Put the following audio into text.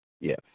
yes